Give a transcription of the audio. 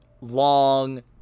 long